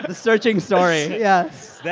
but searching story, yes.